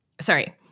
sorry